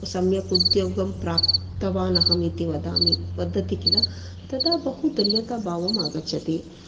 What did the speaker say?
सम्यक् उद्योगं प्राप्तवानहम् इति वदामि वदति खिल तदा बहु धन्यताभावम् आगच्छति